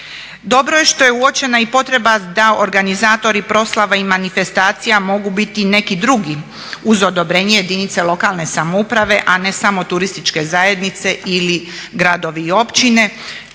Dobro je što je uočena i potreba da organizatori proslava i manifestacija mogu biti neki drugi uz odobrenje jedinice lokalne samouprave, a ne samo turističke zajednice ili gradovi i općine.